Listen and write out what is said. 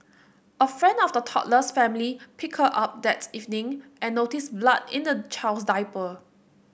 a friend of the toddler's family picked her up that evening and noticed blood in the child's diaper